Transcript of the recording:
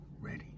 Ready